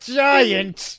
giant